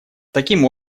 таким